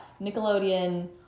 Nickelodeon